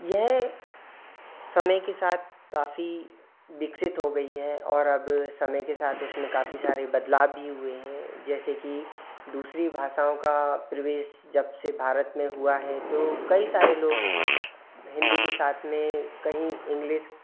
यह समय के साथ काफ़ी विकसित हो गई है और अब समय के साथ इसमें काफ़ी सारे बदलाव भी हुए हैं जैसे कि दूसरी भाषाओं का प्रवेश जब से भारत में हुआ है तो कई सारे लोग हिंदी के साथ में कहीं इंग्लिश